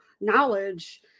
knowledge